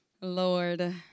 Lord